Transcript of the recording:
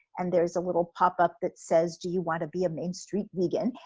and there's a little pop up that says, do you want to be a main street vegan?